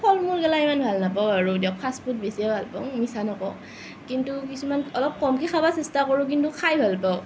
ফলমূল গিলাক ইমান ভাল নাপাওঁ আৰু দিয়ক ফ্ৰাষ্ট ফুট বেছিয়ে ভাল পাওঁ মিছা নকওঁ কিন্তু কিছুমান অলপ কমকে খাবা চেষ্টা কৰোঁ কিন্তু খায় ভাল পাওঁ